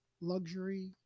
luxury